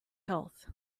health